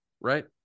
right